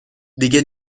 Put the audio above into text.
دیگه